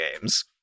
games